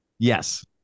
Yes